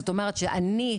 זאת אומרת שאני,